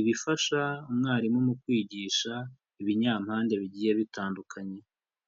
ibifasha umwarimu mu kwigisha ibinyampande bigiye bitandukanye.